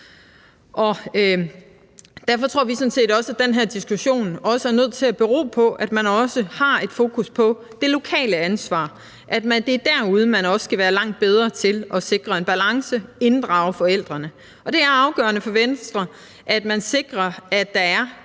Derfor tror vi sådan set også, at den her diskussion også er nødt til at bero på, at man også har et fokus på det lokale ansvar, for det er derude, man også skal være langt bedre til at sikre en balance og til at inddrage forældrene. Det er afgørende for Venstre, at man sikrer, at der er